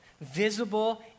visible